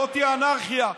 זאת אנרכיה.